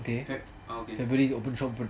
february open shop